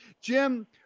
Jim